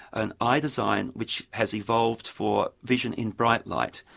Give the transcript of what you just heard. an eye design which has evolved for vision in bright light.